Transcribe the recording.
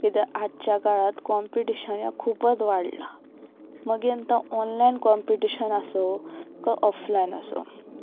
किद्याक आजच्या काळांत कॉम्पिटिशन हें खूबच वाडलां मागीर ता ऑनलायन कॉम्पिटिशन आसूं काय ऑफलायन आसो